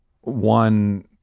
one